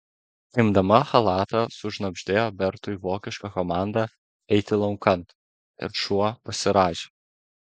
imdama chalatą sušnabždėjo bertui vokišką komandą eiti laukan ir šuo pasirąžė